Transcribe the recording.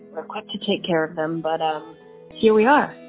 i want to take care of them. but here we are.